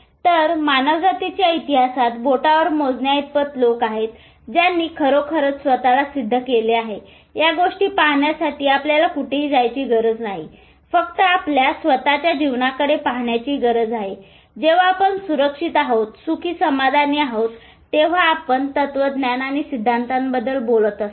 तर मानवजातीच्या इतिहासात बोटावर मोजण्याइतपत लोक आहेत ज्यांनी खरोखरच स्वतःला सिद्ध केले आहे या गोष्टी पाहण्यासाठी आपल्याला कोठेही जायची गरज नाही फक्त आपल्या स्वत च्या जीवनाकडे पाहण्याची गरज आहे जेव्हा आपण सुरक्षित आहोत सुखी समाधानी तेंव्हा आपण तत्त्वज्ञान आणि सिद्धांताबद्दल बोलत असतो